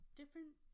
different